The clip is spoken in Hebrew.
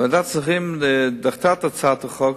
ועדת השרים דחתה את הצעת החוק,